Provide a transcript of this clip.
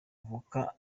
uvuka